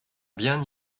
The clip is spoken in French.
bien